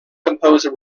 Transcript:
composer